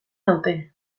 naute